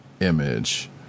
image